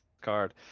card